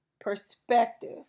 perspective